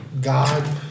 God